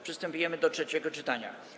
Przystępujemy do trzeciego czytania.